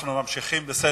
אנחנו ממשיכים בסדר-היום.